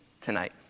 tonight